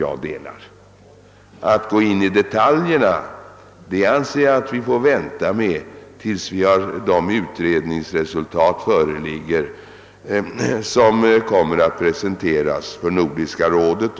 Att gå in i detaljer anser jag att vi måste vänta med till dess att utredningsresultat föreligger, som kommer att presenteras för Nordiska rådet.